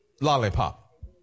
lollipop